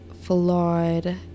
flawed